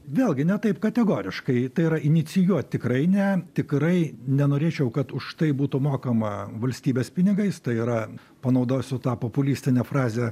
vėlgi ne taip kategoriškai tai yra inicijuoti tikrai ne tikrai nenorėčiau kad už tai būtų mokama valstybės pinigais tai yra panaudosiu tą populistinę frazę